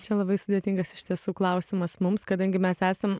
čia labai sudėtingas iš tiesų klausimas mums kadangi mes esam